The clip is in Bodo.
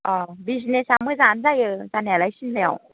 अ' बिजनेसआ मोजाङानो जायो जानायालाय सिमलायाव